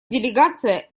делегация